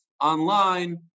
online